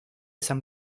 san